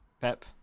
Pep